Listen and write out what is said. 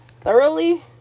thoroughly